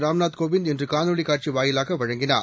ராம்நாத் கோவிந்த் இன்று காணொலி காட்சி வாயிலாக வழங்கினார்